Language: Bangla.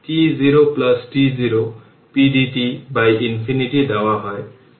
সুতরাং এই প্লট তাই আমি এটি ব্যাখ্যা করেছি i t I0 e এর পাওয়ার t τ